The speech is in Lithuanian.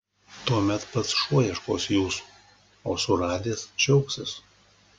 tuomet pats šuo ieškos jūsų o suradęs džiaugsis